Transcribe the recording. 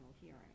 hearing